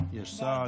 יש שר?